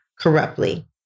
corruptly